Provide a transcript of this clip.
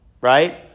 right